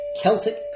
Celtic